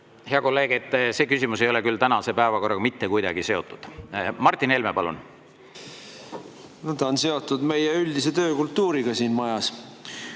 Hea kolleeg, see küsimus ei ole tänase päevakorraga küll mitte kuidagi seotud. Martin Helme, palun! No ta on seotud meie üldise töökultuuriga siin majas.